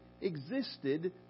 existed